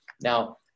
Now